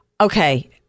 Okay